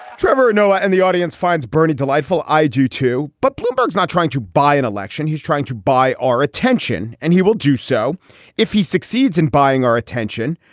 trevor noah in the audience finds bernard delightful. i do, too. but bloomberg is not trying to buy an election. he's trying to buy our attention. and he will do so if he succeeds in buying our attention.